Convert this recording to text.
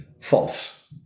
false